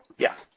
yeah,